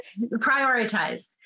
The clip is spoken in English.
Prioritize